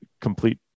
complete